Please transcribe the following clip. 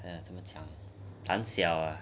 !aiya! 怎么讲 ah 胆小